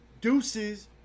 Deuces